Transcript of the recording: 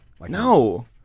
No